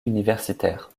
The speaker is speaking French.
universitaire